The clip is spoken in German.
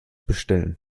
bestellen